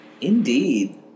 Indeed